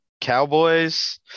Cowboys